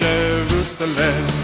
Jerusalem